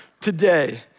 today